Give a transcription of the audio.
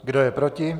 Kdo je proti?